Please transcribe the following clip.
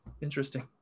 interesting